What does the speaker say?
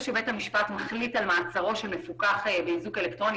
ברגע שבית המשפט מחליט על מעצרו של מפוקח באיזוק אלקטרוני,